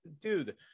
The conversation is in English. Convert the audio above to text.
dude